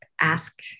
ask